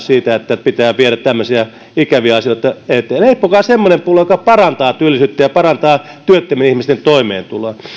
siitä että pitää viedä tämmöisiä ikäviä asioita eteenpäin leipokaa semmoinen pulla joka parantaa työllisyyttä ja parantaa työttömien ihmisten toimeentuloa